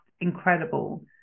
incredible